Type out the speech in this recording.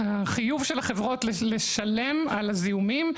החיוב של החברות לשלם על הזיהומים.